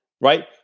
right